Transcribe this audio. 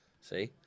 See